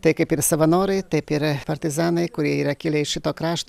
tai kaip ir savanoriai taip ir partizanai kurie yra kilę iš šito krašto